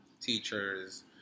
teachers